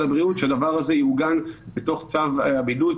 הבריאות שהדבר הזה יעוגן בתוך צו הבידוד,